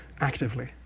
actively